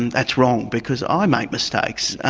and that's wrong, because i make mistakes,